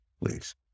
please